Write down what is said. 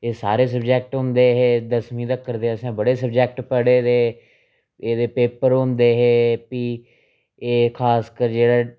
एह् सारे सब्जैक्ट होंदे हे दसमीं तगर असें ते बड़े सब्जैक्ट पढ़े दे एह्दे पेपर होंदे हे फ्ही एह् खासकर जेह्ड़ा